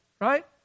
right